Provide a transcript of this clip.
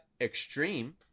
Extreme